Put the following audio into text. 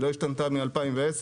היא לא השתנתה מ-2010,